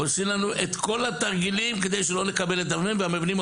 עושים לנו את כל התרגילים כדי שלא נקבל את המבנים,